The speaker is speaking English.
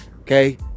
Okay